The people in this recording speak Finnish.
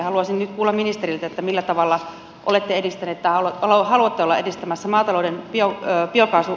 haluaisin nyt kuulla ministeriltä millä tavalla olette edistäneet tai haluatte olla edistämässä maatalouden biokaasuhankkeita